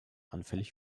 anfällig